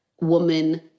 woman